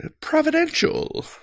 Providential